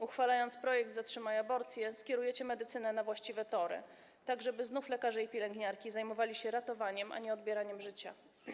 Uchwalając projekt „Zatrzymaj aborcję”, skierujecie medycynę na właściwe tory, tak żeby lekarze i pielęgniarki znów zajmowali się ratowaniem, a nie odbieraniem życia.